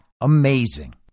amazing